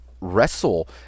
wrestle